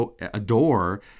adore